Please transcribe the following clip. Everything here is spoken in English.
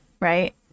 right